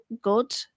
good